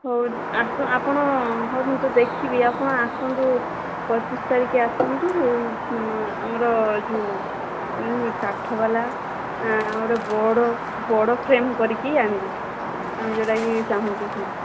ହଉ ଆପଣ ହଉ ମୁଁ ତ ଦେଖିବି ଆପଣ ଆସନ୍ତୁ ପଚିଶ ତାରିଖକୁ ଆସନ୍ତୁ ଆମର ଯେଉଁ ଏଇ କାଠବାଲା ଆଉ ଗୋଟେ ବଡ଼ ବଡ଼ ଫ୍ରେମ୍ କରିକି ଆଣିବେ ଆମେ ଯେଉଁଟାକି ଚାହୁଁଛୁ ସେଇଟା